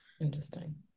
Interesting